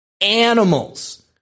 Animals